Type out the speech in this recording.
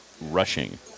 rushing